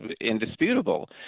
indisputable